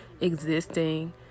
existing